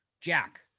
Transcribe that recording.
Jack